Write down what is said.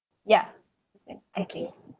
ya okay